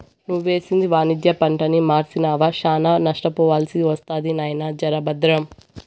నువ్వేసింది వాణిజ్య పంటని మర్సినావా, శానా నష్టపోవాల్సి ఒస్తది నాయినా, జర బద్రం